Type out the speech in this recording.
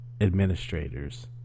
administrators